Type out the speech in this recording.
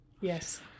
yes